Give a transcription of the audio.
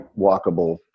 walkable